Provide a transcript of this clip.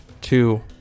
two